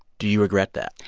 do you regret that?